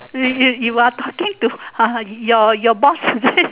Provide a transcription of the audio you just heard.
wait wait you are talking to ah your your boss is it